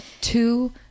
two